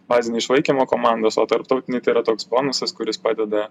bazinį išlaikymo komandos o tarptautiniai tai yra toks bonusas kuris padeda